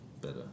better